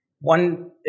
one